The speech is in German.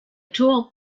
turm